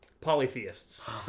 polytheists